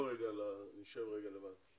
בוא נשב רגע לבד.